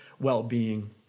well-being